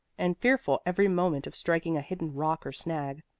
and fearful every moment of striking a hidden rock or snag.